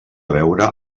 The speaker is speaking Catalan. veure